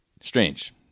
Strange